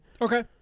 Okay